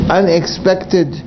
unexpected